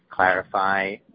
Clarify